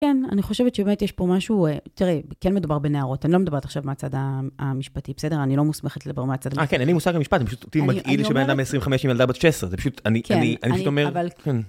כן, אני חושבת שבאמת יש פה משהו, אה, תראה, כן מדובר בנערות, אני לא מדברת עכשיו מהצד ה.. המשפטי, בסדר? אני לא מוסמכת לדבר מהצד המשפטי. - אה, כן, אין לי מושג במשפט, זה פשוט אותי מגעיל שבן אדם בן 25 עם ילדה בת 16. זה פשוט, אני, אני פשוט אומר, כן.